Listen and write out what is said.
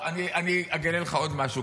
אני אגלה לך עוד משהו,